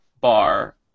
bar